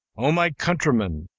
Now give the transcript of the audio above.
o my countrymen!